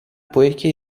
puikiai